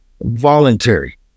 voluntary